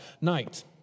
night